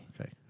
Okay